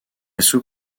sous